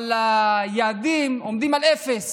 אבל היעדים עומדים על אפס